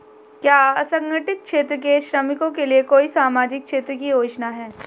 क्या असंगठित क्षेत्र के श्रमिकों के लिए कोई सामाजिक क्षेत्र की योजना है?